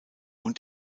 und